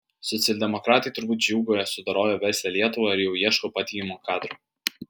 socialdemokratai turbūt džiūgauja sudoroję verslią lietuvą ir jau ieško patikimo kadro